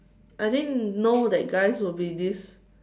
I didn't know that guys will be this